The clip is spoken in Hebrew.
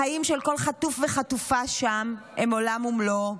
חיים של כל חטוף וחטופה שם הם עולם ומלואו.